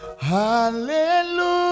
Hallelujah